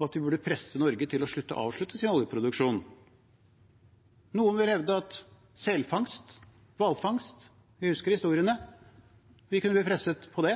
og at man burde presse Norge til å avslutte sin oljeproduksjon. Vi husker historiene om selfangst og hvalfangst – vi kunne bli presset på det.